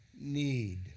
need